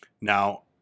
Now